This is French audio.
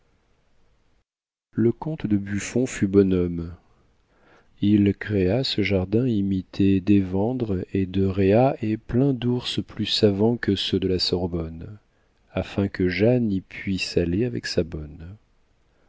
le comte de buffon fut bonhomme il créa ce jardin imité d'évandre et de rhéa et plein d'ours plus savants que ceux de la sorbonne afin que jeanne y puisse aller avec sa bonne